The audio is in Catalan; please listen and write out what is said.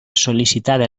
sol·licitada